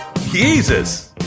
Jesus